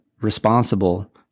responsible